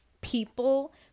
people